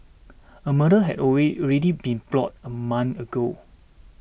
a murder had away already been plotted a month ago